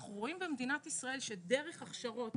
אנחנו רואים במדינת ישראל דרך הכשרות,